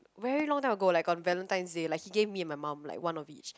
very long time ago like on Valentines Day like he gave me and my mum like one of each